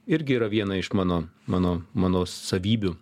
irgi yra viena iš mano mano mano savybių